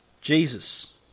Jesus